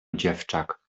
dziewczak